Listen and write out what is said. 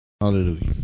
Hallelujah